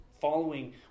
following